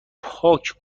پاک